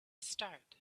start